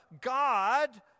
God